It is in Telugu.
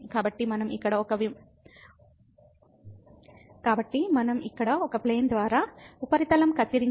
కాబట్టి మనం ఇక్కడ ఒక విమానం ద్వారా ఉపరితలం కత్తిరించినట్లయితే y y0